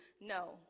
no